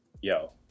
yo